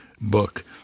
book